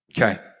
Okay